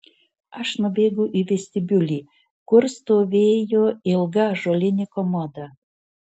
aš nubėgau į vestibiulį kur stovėjo ilga ąžuolinė komoda